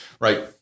right